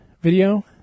video